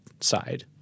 side